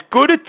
good